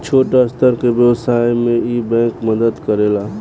छोट स्तर के व्यवसाय में इ बैंक मदद करेला